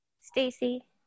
Stacy